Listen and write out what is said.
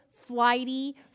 flighty